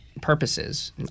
purposes